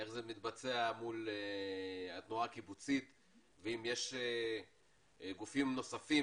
איך זה מתבצע מול התנועה הקיבוצית והאם יש גופים נוספים